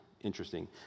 interesting